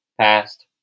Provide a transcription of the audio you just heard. past